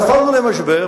נפלנו למשבר,